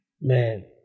man